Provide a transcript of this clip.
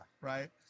right